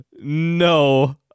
no